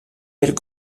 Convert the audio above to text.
belles